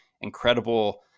incredible